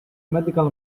medical